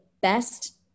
best